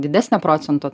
didesnio procento